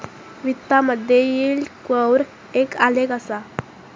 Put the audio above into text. वित्तामधे yield curve एक आलेख असा